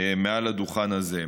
מעל הדוכן הזה.